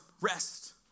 rest